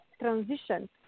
transition